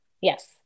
Yes